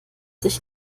sich